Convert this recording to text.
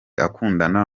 akundana